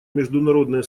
международное